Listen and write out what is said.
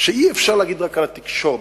ואי-אפשר להגיד רק על התקשורת.